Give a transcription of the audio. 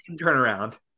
turnaround